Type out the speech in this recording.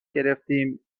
گرفتیم